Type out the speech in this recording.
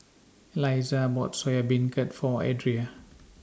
Elizah bought Soya Beancurd For Adria